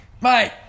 mate